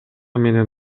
менен